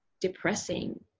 depressing